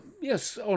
yes